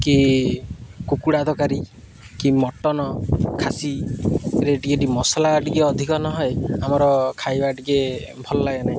କି କୁକୁଡ଼ା ତରକାରୀ କି ମଟନ ଖାସିରେ ଟିକେ ଟି ମସଲା ଟିକେ ଅଧିକ ନହଏ ଆମର ଖାଇବା ଟିକେ ଭଲ ଲାଗେ ନାହିଁ